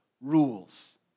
rules